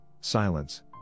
silence